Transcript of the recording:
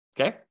okay